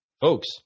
folks